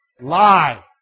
Lie